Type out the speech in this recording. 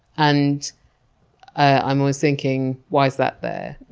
and i'm always thinking, why is that there?